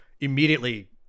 immediately